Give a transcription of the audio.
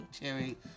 Cherry